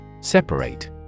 Separate